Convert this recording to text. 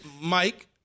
Mike